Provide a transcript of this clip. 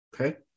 Okay